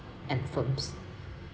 and firms